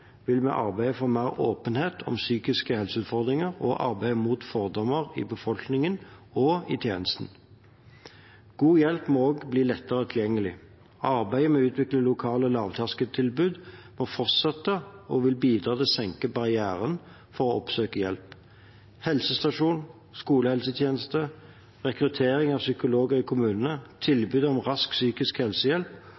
vil vi arbeide for mer åpenhet om psykiske helseutfordringer og arbeide mot fordommer i befolkningen og i tjenestene. God hjelp må også bli lettere tilgjengelig. Arbeidet med å utvikle lokale lavterskeltilbud må fortsette og vil bidra til å senke barrieren for å oppsøke hjelp. Helsestasjons- og skolehelsetjenesten, rekruttering av psykologer i kommunene,